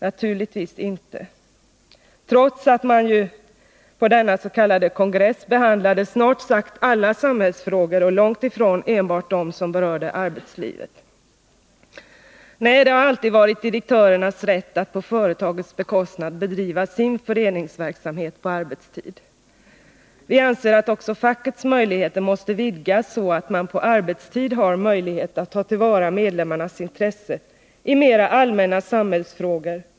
Naturligtvis inte — trots att denna s.k. kongress behandlade snart sagt alla samhällsfrågor och långt ifrån enbart dem som berör arbetslivet. Nej, det har alltid varit direktörernas rätt att på företagets bekostnad bedriva sin föreningsverksamhet på arbetstid. Vi anser att också fackets möjligheter måste vidgas, så att man på arbetstid har möjlighet att ta till vara medlemmarnas intresse i mera allmänna samhällsfrågor.